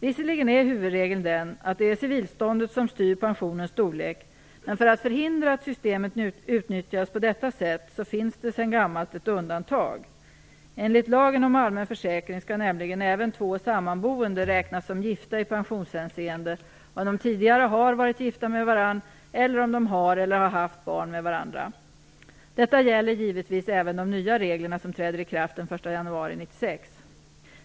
Visserligen är huvudregeln den, att det är civilståndet som styr pensionens storlek, men för att förhindra att systemet utnyttjas på detta sätt finns det sedan gammalt ett undantag. Enligt lagen om allmän försäkring skall nämligen även två sammanboende räknas som gifta i pensionshänseende om de tidigare har varit gifta med varandra eller om de har eller har haft barn med varandra. Detta gäller givetvis även med de nya regler som träder i kraft den 1 januari 1996.